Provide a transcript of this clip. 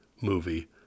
movie